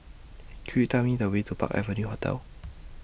Could YOU Tell Me The Way to Park Avenue Hotel